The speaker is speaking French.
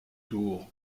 tour